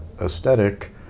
aesthetic